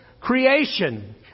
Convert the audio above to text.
creation